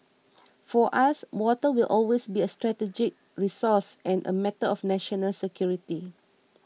for us water will always be a strategic resource and a matter of national security